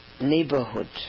neighborhood